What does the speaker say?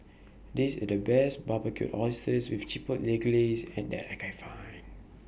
This IS The Best Barbecued Oysters with Chipotle Glaze and that I Can Find